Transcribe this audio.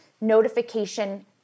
notification